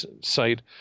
site